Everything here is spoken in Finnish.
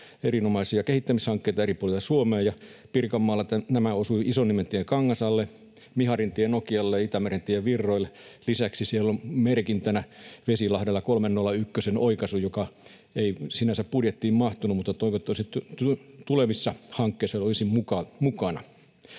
erinomaisia kehittämishankkeita eri puolilta Suomea. Pirkanmaalla nämä osuivat Isoniementielle Kangasalle, Miharintielle Nokialle ja Itämerentielle Virroille. Lisäksi siellä on merkintänä Vesilahdella 301:n oikaisu, joka ei sinänsä budjettiin mahtunut mutta toivottavasti tulevissa hankkeissa olisi mukana.